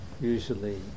usually